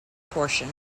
portion